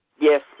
yes